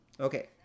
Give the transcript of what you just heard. Okay